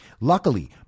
Luckily